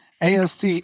AST